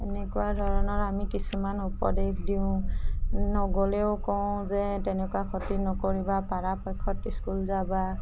এনেকুৱা ধৰণৰ আমি কিছুমান উপদেশ দিওঁ নগ'লেও কওঁ যে তেনেকুৱা খটি নকৰিবা পাৰাপক্ষত স্কুল যাবা